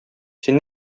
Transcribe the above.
син